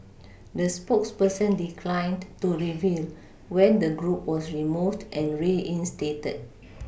the spokesperson declined to reveal when the group was removed and reinstated